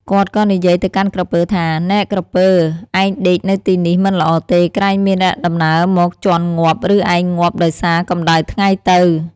គាត់ក៏និយាយទៅកាន់ក្រពើថា នែក្រពើ! ឯងដេកនៅទីនេះមិនល្អទេ ក្រែងមានអ្នកដំណើរមកជាន់ងាប់ ឬឯងងាប់ដោយសារកម្ដៅថ្ងៃទៅ។